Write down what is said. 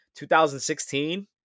2016